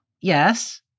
yes